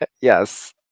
yes